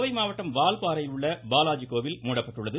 கோவை மாவட்டம் வால்பாறையில் உள்ள பாலாஜி கோவில் மூடப்பட்டுள்ளது